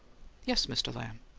yes, mr. lamb.